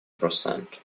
percent